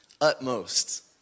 utmost